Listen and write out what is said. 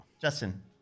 Justin